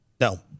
No